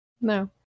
No